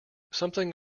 something